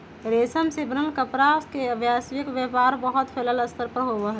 रेशम से बनल कपड़ा के वैश्विक व्यापार बहुत फैल्ल स्तर पर होबा हई